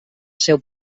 seu